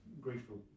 grateful